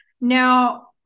Now